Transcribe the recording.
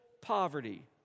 poverty